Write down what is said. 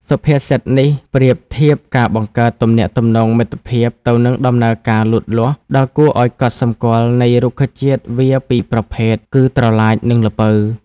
សុភាសិតនេះប្រៀបធៀបការបង្កើតទំនាក់ទំនងមិត្តភាពទៅនឹងដំណើរការលូតលាស់ដ៏គួរឲ្យកត់សម្គាល់នៃរុក្ខជាតិវារពីរប្រភេទ គឺប្រឡាច និងល្ពៅ។